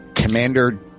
commander